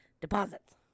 deposits